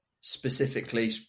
specifically